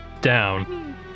down